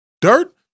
Dirt